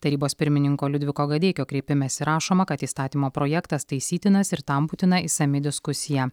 tarybos pirmininko liudviko gadeikio kreipimesi rašoma kad įstatymo projektas taisytinas ir tam būtina išsami diskusija